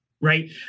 right